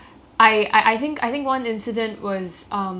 I I I have I have uh uh